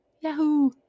Yahoo